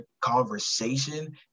conversation